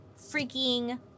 freaking